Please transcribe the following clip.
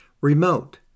remote